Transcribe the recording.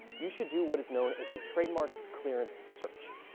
you should do what is known as a trademark clearance search.